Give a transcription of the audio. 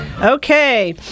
Okay